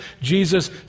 Jesus